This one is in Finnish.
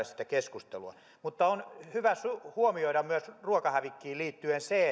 sitä keskustelua mutta on hyvä huomioida ruokahävikkiin liittyen myös se